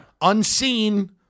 unseen